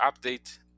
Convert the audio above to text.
update